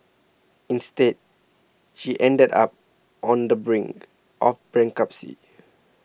instead she ended up on the brink of bankruptcy